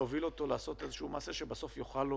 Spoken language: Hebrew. לעשות איזשהו מעשה שבסוף יאכל לו